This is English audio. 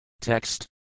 Text